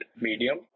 medium